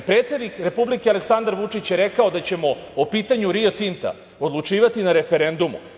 Predsednik Republike Aleksandar Vučić je rekao da ćemo o pitanju „Rio Tinta“ odlučivati na referendumu.